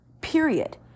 period